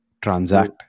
transact